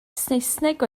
saesneg